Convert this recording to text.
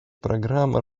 программы